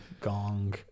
Gong